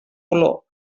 olor